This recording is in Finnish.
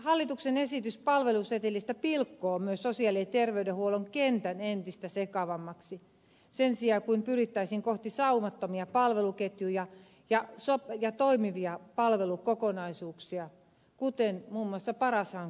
hallituksen esitys palvelusetelistä pilkkoo myös sosiaali ja terveydenhuollon kentän entistä sekavammaksi sen sijaan että pyrittäisiin kohti saumattomia palveluketjuja ja toimivia palvelukokonaisuuksia kuten muun muassa paras hankkeessa pyritään